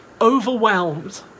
overwhelmed